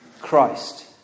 Christ